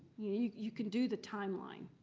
you can do the timeline.